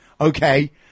Okay